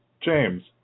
James